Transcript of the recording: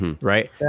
right